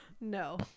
No